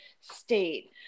state